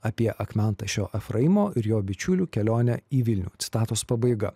apie akmentašio efraimo ir jo bičiulių kelionę į vilnių citatos pabaiga